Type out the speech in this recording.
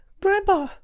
Grandpa